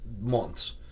months